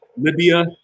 Libya